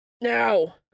Now